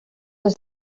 des